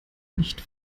nicht